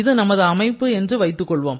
இது நமது அமைப்பு என்று வைத்துக் கொள்வோம்